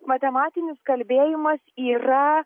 matematinis kalbėjimas yra